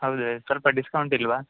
ಹೌದು ಸ್ವಲ್ಪ ಡಿಸ್ಕೌಂಟ್ ಇಲ್ಲವಾ